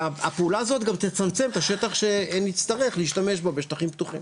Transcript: והפעולה הזאת גם תצמצם את השטח שנצטרך להשתמש בו בשטחים פתוחים.